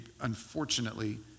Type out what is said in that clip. unfortunately